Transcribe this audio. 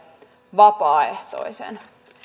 vapaaehtoisen